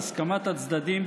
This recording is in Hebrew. בהסכמת הצדדים,